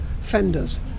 fenders